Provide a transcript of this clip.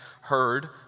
heard